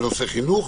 בנושאי חינוך,